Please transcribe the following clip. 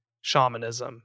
shamanism